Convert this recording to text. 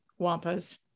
Wampas